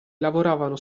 lavoravano